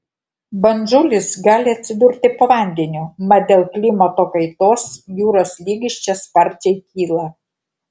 bandžulis gali atsidurti po vandeniu mat dėl klimato kaitos jūros lygis čia sparčiai kyla